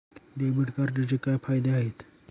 Debit कार्डचे काय फायदे आहेत?